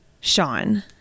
Sean